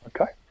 Okay